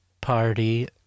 party